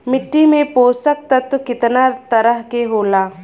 मिट्टी में पोषक तत्व कितना तरह के होला?